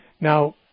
Now